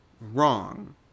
wrong